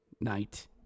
night